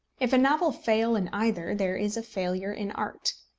if a novel fail in either, there is a failure in art.